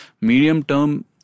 Medium-term